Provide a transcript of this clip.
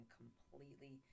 completely